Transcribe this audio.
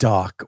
Doc